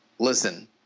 Listen